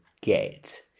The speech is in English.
get